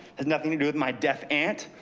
has nothing to do with my deaf aunt,